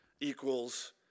equals